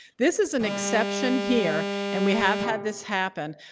this is an exception here and we have had this happen,